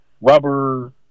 rubber